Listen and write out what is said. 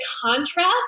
contrast